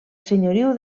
senyoriu